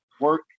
work